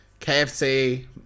KFC